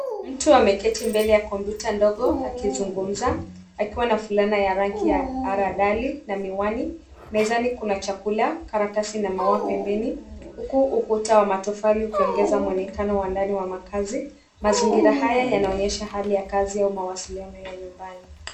Mtu ameketi mbele ya kompyuta ndogo akizungumza, akiwa na fulana ya rangi ya haradali na miwani. Mezani kuna chakula, karatasi na maua pembeni, huku ukuta wa matofali ukiongeza mwonekano wa ndani wa makazi. Mazingira haya yanaonyesha hali ya kazi au mawasiliano ya nyumbani.